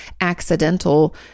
accidental